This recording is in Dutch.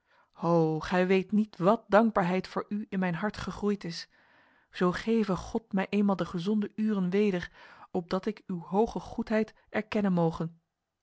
ho gij weet niet wat dankbaarheid voor u in mijn hart gegroeid is zo geve god mij eenmaal de gezonde uren weder opdat ik uw hoge goedheid erkennen moge